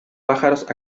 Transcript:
pájaros